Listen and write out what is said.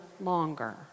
longer